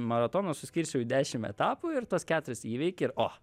maratoną suskirsčiau į dešim etapų ir tuos keturis įveiki ir o